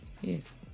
Yes